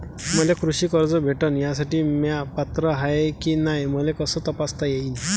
मले कृषी कर्ज भेटन यासाठी म्या पात्र हाय की नाय मले कस तपासता येईन?